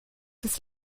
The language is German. das